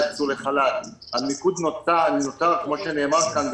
כפי שנאמר כאן,